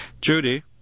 Judy